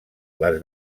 les